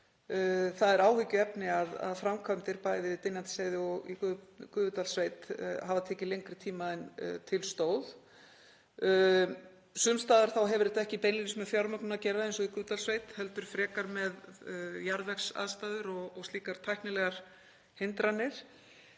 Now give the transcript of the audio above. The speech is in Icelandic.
það er áhyggjuefni að framkvæmdir, bæði við Dynjandisheiði og í Gufudalssveit, hafa tekið lengri tíma en til stóð. Sums staðar hefur þetta ekki beinlínis með fjármögnun að gera, eins og í Gufudalssveit, heldur frekar með jarðvegsaðstæður og slíkar tæknilegar hindranir.